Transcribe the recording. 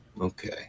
okay